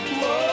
whoa